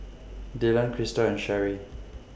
Dylan Krystle and Cherri